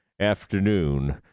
Afternoon